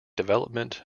development